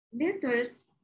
letters